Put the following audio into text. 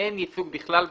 אין ייצוג בכלל בדירקטוריון,